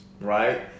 right